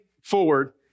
forward